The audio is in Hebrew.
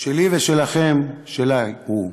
"שלי ושלכם, שלה הוא".